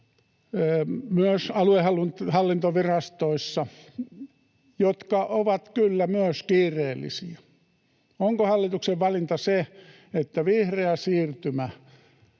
erilaisia polttavia asioita, jotka ovat kyllä myös kiireellisiä. Onko hallituksen valinta se, että vihreä siirtymä